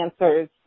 answers